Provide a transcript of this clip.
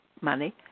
money